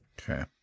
Okay